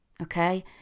Okay